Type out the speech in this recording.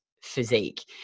physique